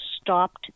stopped